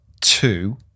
Two